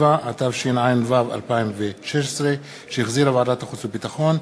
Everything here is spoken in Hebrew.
7), התשע"ו 2016, שהחזירה ועדת החוץ והביטחון,